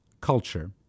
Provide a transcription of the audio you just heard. culture